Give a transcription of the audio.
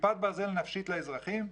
כיפת ברזל נפשית לאזרחים,